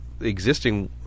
existing